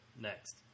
Next